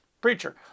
preacher